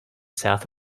south